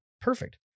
Perfect